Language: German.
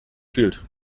fühlt